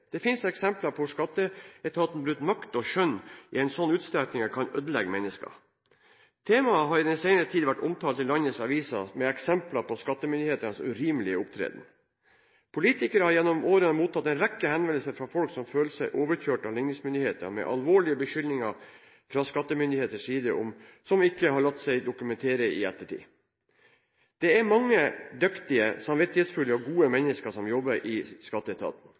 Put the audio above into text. Det finnes eksempler på at skatteetaten har brukt makt og skjønn i en slik utstrekning av det kan ødelegge mennesker. Temaet har i den senere tid vært omtalt i landets aviser med eksempler på skattemyndighetenes urimelige opptreden. Politikere har gjennom årene mottatt en rekke henvendelser fra folk som føler seg overkjørt av likningsmyndighetene, med alvorlige beskyldninger fra skattemyndigheters side som ikke har latt seg dokumentere i ettertid. Det er mange dyktige, samvittighetsfulle og gode mennesker som jobber i skatteetaten.